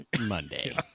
Monday